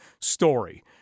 story